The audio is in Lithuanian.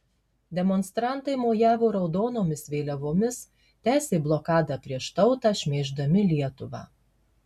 demonstrantai mojavo raudonomis vėliavomis tęsė blokadą prieš tautą šmeiždami lietuvą